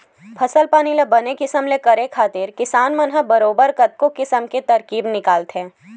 फसल पानी ल बने किसम ले करे खातिर किसान मन ह बरोबर कतको किसम के तरकीब निकालथे